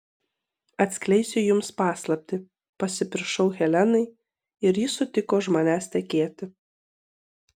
atskleisiu jums paslaptį pasipiršau helenai ir ji sutiko už manęs tekėti